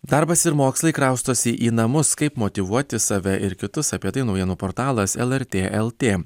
darbas ir mokslai kraustosi į namus kaip motyvuoti save ir kitus apie tai naujienų portalas lrt lt